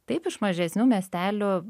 taip iš mažesnių miestelių